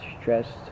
stressed